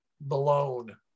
blown